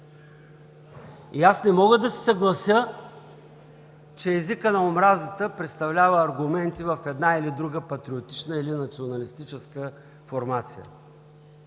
Аз не мога да се съглася, че езикът на омразата представлява аргументи в една или друга патриотична или националистическа формация.